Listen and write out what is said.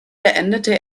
beendete